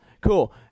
cool